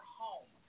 home